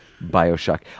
Bioshock